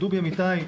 ודובי אמיתי,